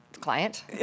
Client